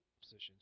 positions